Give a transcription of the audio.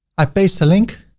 i paste the link.